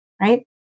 right